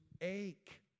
ache